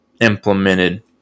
implemented